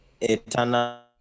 eternal